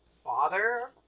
father